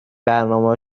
برنامهها